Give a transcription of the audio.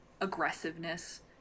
aggressiveness